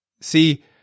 See